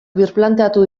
birplanteatu